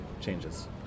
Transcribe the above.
changes